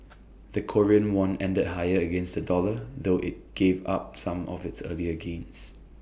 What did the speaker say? the Korean won ended higher against the dollar though IT gave up some of its earlier gains